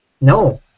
No